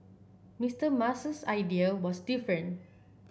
Mister Musk's idea was different